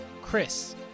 Chris